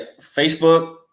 Facebook